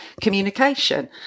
communication